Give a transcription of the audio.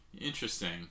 interesting